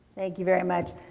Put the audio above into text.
thank you very much.